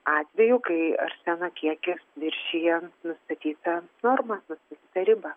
atvejų kai arseno kiekis viršija nustatytą normą ribą